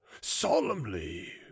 solemnly